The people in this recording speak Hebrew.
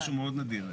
זה משהו מאוד נדיר.